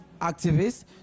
activists